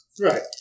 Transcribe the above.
Right